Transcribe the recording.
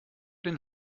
den